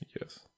Yes